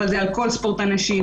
אבל זה על כל ספורט הנשים,